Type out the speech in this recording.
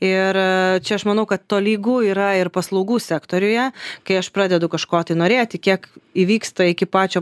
ir čia aš manau kad tolygu yra ir paslaugų sektoriuje kai aš pradedu kažko tai norėti kiek įvyksta iki pačio